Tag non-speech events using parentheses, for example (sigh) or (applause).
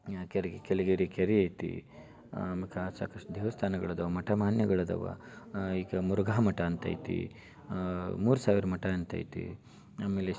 (unintelligible) ಕೆಳಗೇರಿ ಕೆರೆ ಐತಿ (unintelligible) ಸಾಕಷ್ಟು ದೇವಸ್ಥಾನಗಳು ಅದಾವ ಮಠ ಮಾನ್ಯಗಳು ಅದಾವ ಈಗ ಮುರುಘಾ ಮಠ ಅಂತ ಐತಿ ಮೂರು ಸಾವಿರ ಮಠ ಅಂತ ಐತಿ ಆಮೇಲೆ